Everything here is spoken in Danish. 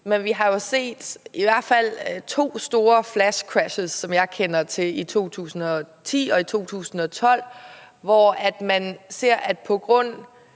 Men vi har jo i hvert fald set to store flashcrashes, som jeg kender til, nemlig i 2010 og i 2012, hvor man så, at på grund